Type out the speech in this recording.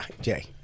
Jay